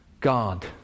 God